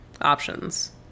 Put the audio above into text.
options